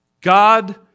God